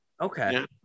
Okay